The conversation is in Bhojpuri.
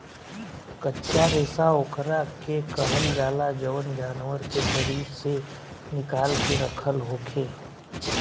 कच्चा रेशा ओकरा के कहल जाला जवन जानवर के शरीर से निकाल के रखल होखे